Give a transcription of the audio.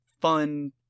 fun